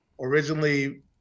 originally